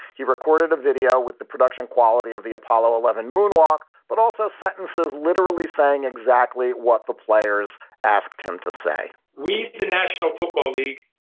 he recorded a video with the production quality of the apollo eleven moonwalk, but also sentences literally saying exactly what the players asked him to say we, the national football league,